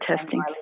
testing